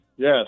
Yes